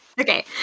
Okay